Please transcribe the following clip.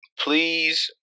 Please